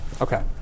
Okay